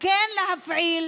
כן להפעיל,